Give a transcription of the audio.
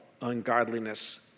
ungodliness